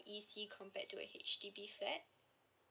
E_C compared to a H_D_B flat